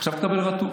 עכשיו תקבל רטוב.